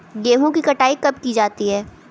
गेहूँ की कटाई कब की जाती है?